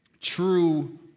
true